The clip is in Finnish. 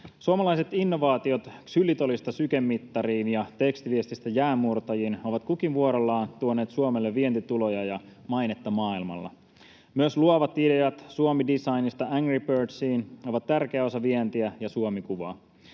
Suomalaiset innovaatiot ksylitolista sykemittariin ja tekstiviestistä jäänmurtajiin ovat kukin vuorollaan tuoneet Suomelle vientituloja ja mainetta maailmalla. Myös luovat ideat Suomi-designista Angry Birdsiin ovat tärkeä osa vientiä ja Suomi-kuvaa.